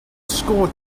score